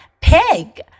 Pig